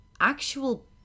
actual